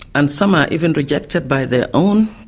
and some are even rejected by their own,